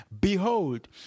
Behold